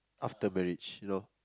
after marriage you know